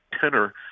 tenor